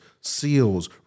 seals